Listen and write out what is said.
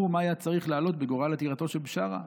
ברור מה היה צריך לעלות בגורל עתירתו של בשארה,